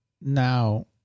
now